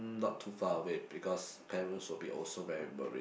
not too far away because parents will be also very worried